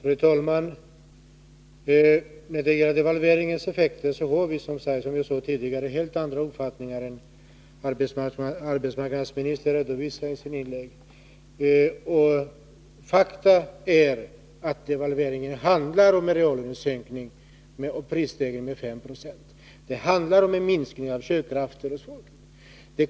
Fru talman! När det gäller devalveringens effekter har vi, som jag sade tidigare, en helt annan uppfattning än den arbetsmarknadsministern redovisar i sina inlägg. Faktum är att devalveringen handlar om en reallönesänkning och en prisstegring med 5 90. Det handlar om en minskning av köpkraften hos folket.